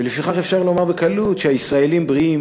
ולפיכך אפשר לומר בקלות שהישראלים בריאים